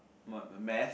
my my math